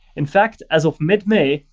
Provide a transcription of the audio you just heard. in fact, as of mid-may,